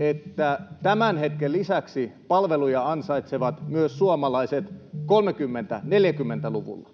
että tämän hetken lisäksi palveluja ansaitsevat myös suomalaiset 30—40-luvulla.